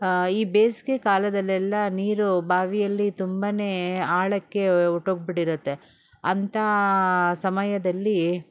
ಈ ಬೇಸಗೆ ಕಾಲದಲ್ಲೆಲ್ಲ ನೀರು ಬಾವಿಯಲ್ಲಿ ತುಂಬ ಆಳಕ್ಕೆ ಹೊರ್ಟೋಗ್ಬಿಟ್ಟಿರತ್ತೆ ಅಂಥ ಸಮಯದಲ್ಲಿ